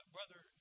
Brother